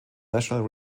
national